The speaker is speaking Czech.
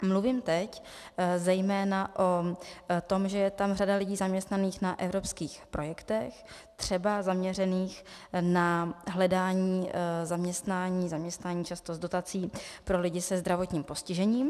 Mluvím teď zejména o tom, že je tam řada lidí zaměstnaných na evropských projektech, třeba zaměřených na hledání zaměstnání, zaměstnání často s dotací pro lidi se zdravotním postižením.